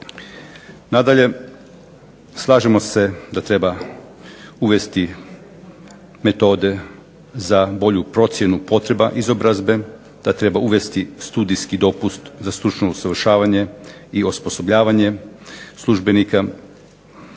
Nadalje, slažemo se da treba uvesti metode za bolju procjenu potreba izobrazbe, da treba uvesti studijski dopust za stručno usavršavanje i osposobljavanje službenika, slažemo